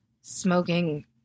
smoking